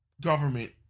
government